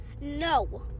No